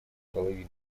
половины